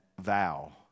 vow